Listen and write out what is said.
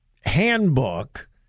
handbook